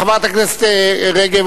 חברת הכנסת רגב,